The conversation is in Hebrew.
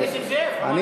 נסים זאב, מה.